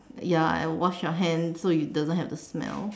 ya and wash your hand so you doesn't have the smell